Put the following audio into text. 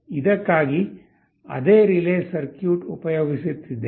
ಇದಕ್ಕಾಗಿ ಅದೇ relay circuit ಉಪಯೋಗಿಸುತ್ತಿದ್ದೇವೆ